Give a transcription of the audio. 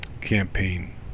campaign